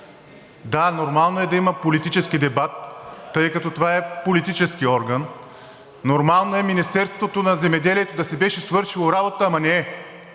да, нормално е да има политически дебат, тъй като това е политически орган. Нормално е Министерството на земеделието да си беше свършило работата, ама не е.